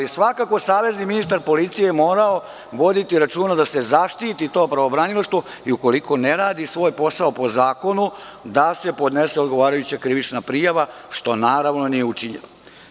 Svakako je savezni ministar policije morao voditi računa da se zaštiti to pravobranilaštvo i, ukoliko ne radi svoj posao po zakonu, da se podnese odgovarajuća krivična prijava, što naravno nije učinjeno.